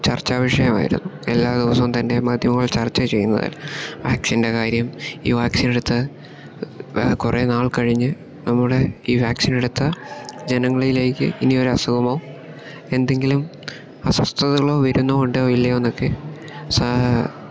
ചർച്ചാ വിഷയവായിരുന്നു എല്ലാ ദിവസവും തന്നെ മാധ്യമങ്ങൾ ചർച്ച ചെയ്യുന്നതായിരുന്നു വാക്സിൻ്റെ കാര്യം ഈ വാക്സിനെട്ത്ത് കുറെ നാൾ കഴിഞ്ഞ് നമ്മുടെ ഈ വാക്സിനെടുത്ത ജനങ്ങളിലേക്ക് ഇനിയൊരസുഖമോ എന്തെങ്കിലും അസ്വസ്ഥതകളോ വരുന്നോ ഉണ്ടോ ഇല്ലയോ എന്നൊക്കെ സാ